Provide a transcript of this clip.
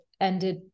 ended